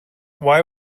why